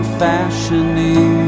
fashioning